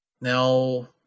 now